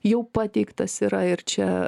jau pateiktas yra ir čia